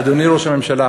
אדוני ראש הממשלה,